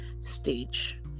stage